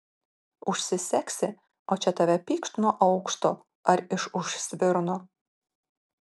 užsisegsi o čia tave pykšt nuo aukšto ar iš už svirno